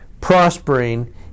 prospering